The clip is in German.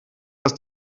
dass